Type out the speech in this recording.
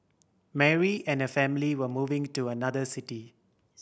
Mary and her family were moving to another city